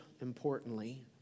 importantly